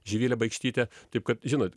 živilė baikštytė taip kad žinot